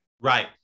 Right